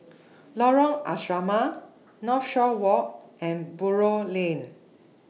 Lorong Asrama Northshore Walk and Buroh Lane